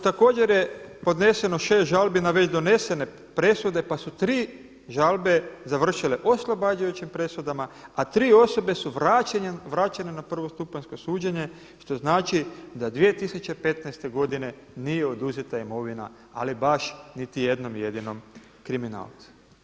Također je podneseno 6 žalbi na već donesene presude, pa su 3 žalbe završile oslobađajućim presudama, a 3 osobe su vraćene na prvostupanjsko suđenje što znači da 2015. godine nije oduzeta imovina ali baš niti jednom jedinom kriminalcu.